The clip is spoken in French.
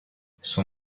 son